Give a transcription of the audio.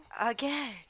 Again